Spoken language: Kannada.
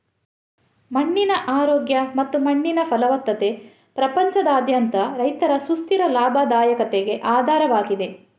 ಮಣ್ಣಿನ ಆರೋಗ್ಯ ಮತ್ತು ಮಣ್ಣಿನ ಫಲವತ್ತತೆ ಪ್ರಪಂಚದಾದ್ಯಂತ ರೈತರ ಸುಸ್ಥಿರ ಲಾಭದಾಯಕತೆಗೆ ಆಧಾರವಾಗಿದೆ